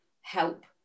help